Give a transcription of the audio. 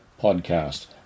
podcast